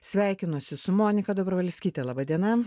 sveikinuosi su monika dobrovolskyte laba diena